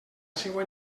seua